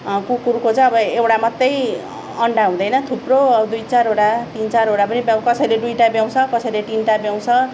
कुकुरको चाहिँ अब एउटा मात्रै अन्डा हुँदैन थुप्रो दुई चारवटा तिन चारवटा पनि कसैले दुइटा ब्याउँछ कसैले तिनटा ब्याउँछ